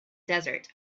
desert